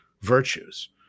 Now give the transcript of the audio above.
virtues